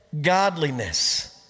godliness